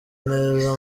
neza